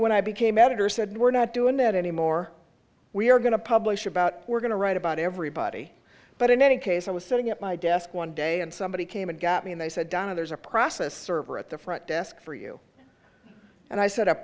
when i became editor said we're not doing that anymore we are going to publish about we're going to write about everybody but in any case i was sitting at my desk one day and somebody came and got me and they said donna there's a process server at the front desk for you and i set up